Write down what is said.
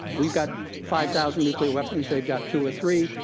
we've got five thousand nuclear weapons. they've got two or three.